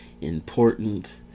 important